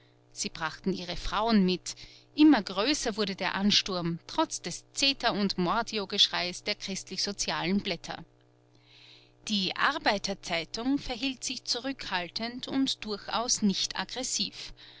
sie brachten ihre frauen mit immer größer wurde der ansturm trotz des zeter und mordiogeschreies der christlichsozialen blätter die arbeiter zeitung verhielt sich zurückhaltend und durchaus nicht aggressiv